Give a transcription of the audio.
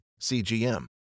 CGM